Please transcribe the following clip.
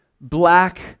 black